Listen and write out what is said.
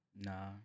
Nah